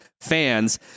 fans